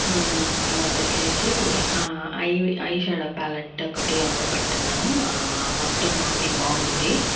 తర్వాత వచ్చేసి eye eye shade palette ఒకటి ఆర్డర్ పెట్టున్నాను మొత్తం అన్ని బాగుంది